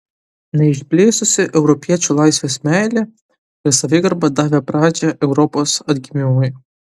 neišblėsusi europiečių laisvės meilė ir savigarba davė pradžią europos atgimimui